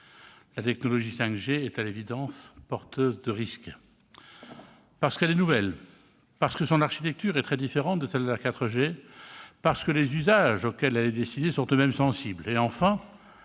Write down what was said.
la technologie 5G est porteuse de risques, parce qu'elle est nouvelle, parce que son architecture est très différente de celle de la 4G, parce que les usages auxquels elle est destinée sont eux-mêmes sensibles,